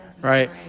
Right